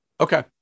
Okay